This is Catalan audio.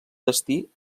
destí